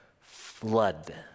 flood